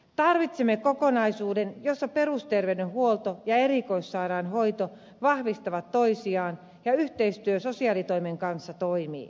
tarvitsemme kokonaisuuden jossa perusterveydenhuolto ja erikoissairaanhoito vahvistavat toisiaan ja yhteistyö sosiaalitoimen kanssa toimii